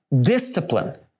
discipline